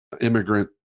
immigrant